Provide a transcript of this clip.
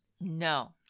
No